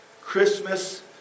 Christmas